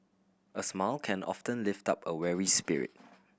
a smile can often lift up a weary spirit